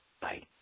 Bye